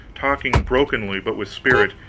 talking brokenly but with spirit,